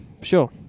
Sure